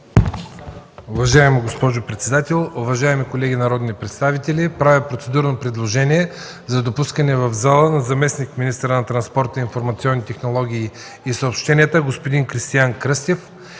Уважаема госпожо председател, уважаеми колеги народни представители, правя процедурно предложение за допускане в залата на заместник-министъра на транспорта, информационните технологии и съобщенията господин Кристиян Кръстев